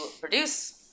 produce